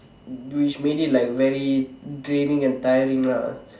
which made it like very draining and tiring lah